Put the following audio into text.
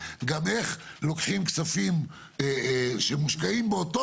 גם איך לוקחים כספים שמושקעים באותו